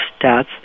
stats